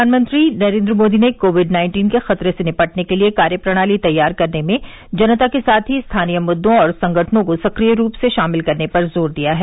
प्रधानमंत्री नरेन्द्र मोदी ने COVID nineteen के खतरे से निपटने के लिए कार्यप्रणाली तैयार करने में जनता के साथ ही स्थानीय मुददो और संगठनों को सक्रिय रूप से शामिल करने पर जोर दिया है